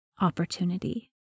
opportunity